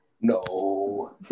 no